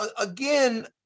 again